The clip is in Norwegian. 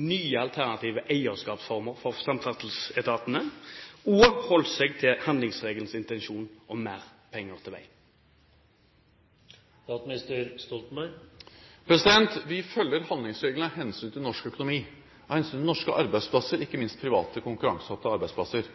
nye alternative eierskapsformer for samferdselsetatene og holdt seg til handlingsregelens intensjon om mer penger til vei? For det første: Vi følger handlingsregelen av hensyn til norsk økonomi, av hensyn til norske arbeidsplasser – ikke minst private konkurranseutsatte arbeidsplasser.